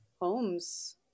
homes